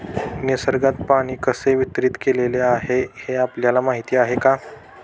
निसर्गात पाणी कसे वितरीत केलेले आहे हे आपल्याला माहिती आहे का?